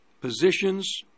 positions